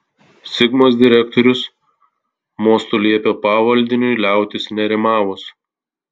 sigmos direktorius mostu liepė pavaldiniui liautis nerimavus